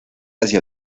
hacia